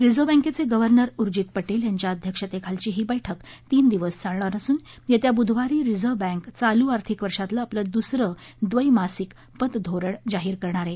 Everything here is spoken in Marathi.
रिझर्व्ह बँकेचे गव्हर्नर उर्जित पांक्रि यांच्या अध्यक्षतेखालची ही बैठक तीन दिवस चालणार असून येत्या बुधवारी रिझर्व्ह बँक चालू आर्थिक वर्षातलं आपलं दुसरं द्वैमासिक पतधोरण जाहीर करणार आहे